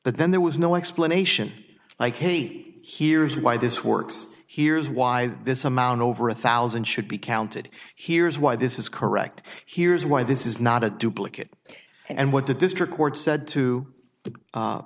but then there was no explanation like he hears why this works heres why this amount over a thousand should be counted here's why this is correct here's why this is not a duplicate and what the district court said to the